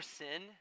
sin